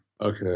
Okay